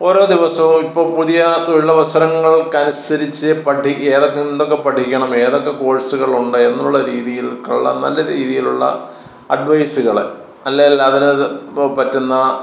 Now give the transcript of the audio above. ഓരോ ദിവസവും ഇപ്പോള് പുതിയ തൊഴിലവസരങ്ങൾക്കനുസരിച്ച് പഠിക്കുക ഏതൊക്കെ എന്തൊക്കെ പഠിക്കണം ഏതൊക്കെ കോഴ്സുകളുണ്ട് എന്നുള്ള രീതിയിൽ കൊള്ളാം നല്ല രീതിയിലുള്ള അഡ്വൈസുകള് അല്ലേൽ അതിനകത്ത് പറ്റുന്ന